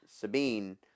Sabine